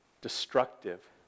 destructive